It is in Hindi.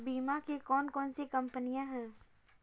बीमा की कौन कौन सी कंपनियाँ हैं?